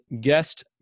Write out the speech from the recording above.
guest